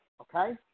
okay